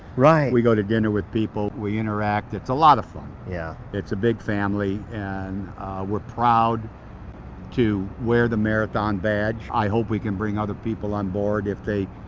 right! we go to dinner with people, we interact, it's a lot of fun. yeah. it's a big family and we're proud to wear the marathon badge. i hope we can bring other people on board if they.